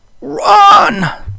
RUN